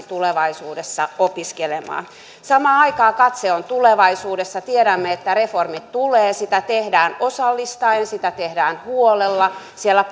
tulevaisuudessa opiskelemaan samaan aikaan katse on tulevaisuudessa tiedämme että reformi tulee sitä tehdään osallistaen sitä tehdään huolella siellä